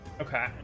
okay